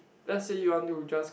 let's say you want to just